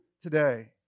today